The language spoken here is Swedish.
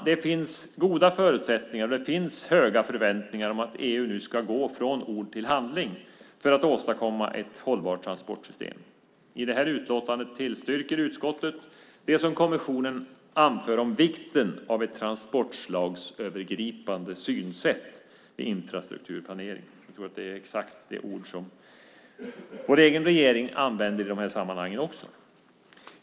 Det finns goda förutsättningar för och höga förväntningar på att EU nu ska gå från ord till handling för att åstadkomma ett hållbart transportsystem. I det här utlåtandet tillstyrker utskottet det som kommissionen anför om vikten av ett transportslagsövergripande synsätt vid infrastrukturplanering. Jag tror att det är exakt de ord vår egen regering använder i de här sammanhangen.